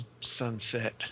sunset